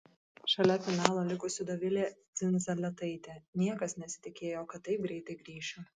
šalia finalo likusi dovilė dzindzaletaitė niekas nesitikėjo kad taip greitai grįšiu